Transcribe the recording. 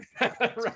Right